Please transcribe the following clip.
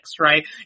right